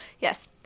Yes